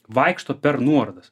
vaikšto per nuorodas